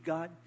God